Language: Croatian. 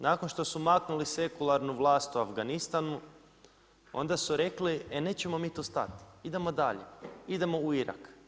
Nakon što su maknuli sekularnu vlast u Afganistanu onda su rekli e nećemo mi tu stati, idemo dalje, idemo u Irak.